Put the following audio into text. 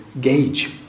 gauge